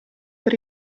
per